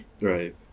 Right